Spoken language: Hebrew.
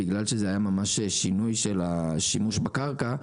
בגלל שזה היה ממש שינוי של השימוש בקרקע,